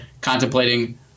contemplating